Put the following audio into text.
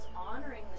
honoring